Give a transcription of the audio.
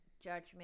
judgment